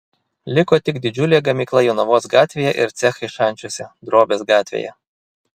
liko tik didžiulė gamykla jonavos gatvėje ir cechai šančiuose drobės gatvėje